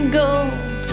gold